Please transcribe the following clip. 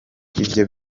ivyo